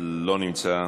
לא נמצא,